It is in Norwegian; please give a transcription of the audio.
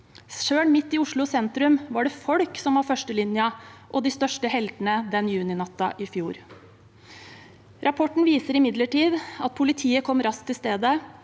Selv midt i Oslo sentrum var det folk som var førstelinjen, og de største heltene, den juninatten i fjor. Rapporten viser imidlertid at politiet er raskt til stede,